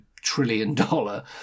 trillion-dollar